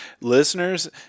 listeners